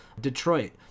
Detroit